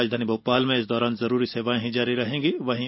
राजधानी भोपाल में इस दौरान जरूरी सेवाएं ही जारी रहेगीं